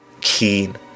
keen